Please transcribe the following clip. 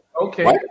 Okay